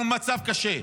אנחנו במצב קשה,